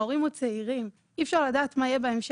ההורים עוד צעירים, אי אפשר לדעת מה יהיה בהמשך.